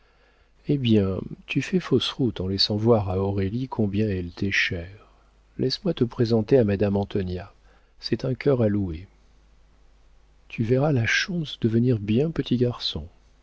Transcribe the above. eh bien tu fais fausse route en laissant voir à aurélie combien elle t'est chère laisse-moi te présenter à madame antonia c'est un cœur à louer tu verras la schontz devenir bien petit garçon